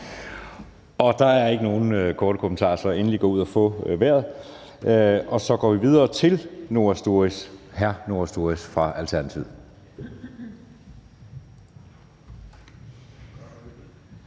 Der er ikke nogen korte bemærkninger, så gå endelig ud at få vejret. Og så går vi videre til Noah Sturis – hr. Noah Sturis – fra Alternativet.